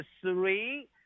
three